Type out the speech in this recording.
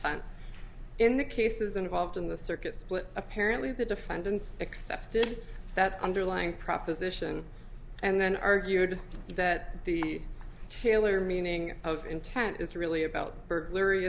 time in the cases involved in the circuit split apparently the defendants accepted that underlying proposition and then argued that the taylor meaning of intent is really about burglar